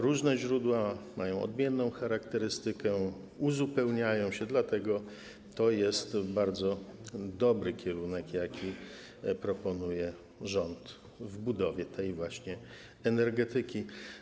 Różne źródła mają odmienną charakterystykę, uzupełniają się, dlatego to jest bardzo dobry kierunek, który proponuje rząd w budowie tej właśnie energetyki.